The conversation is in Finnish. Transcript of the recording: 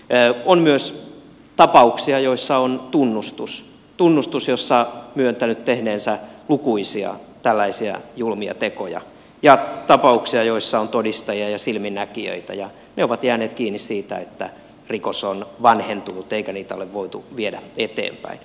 on myös tapauksia joissa on tunnustus jossa henkilö on myöntänyt tehneensä lukuisia tällaisia julmia tekoja ja tapauksia joissa on todistajia ja silminnäkijöitä ja ne ovat jääneet kiinni siitä että rikos on vanhentunut eikä niitä ole voitu viedä eteenpäin